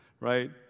right